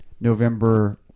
November